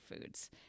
foods